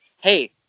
hey